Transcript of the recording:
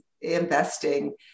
investing